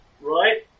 Right